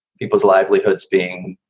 people's livelihoods being